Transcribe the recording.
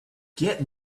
get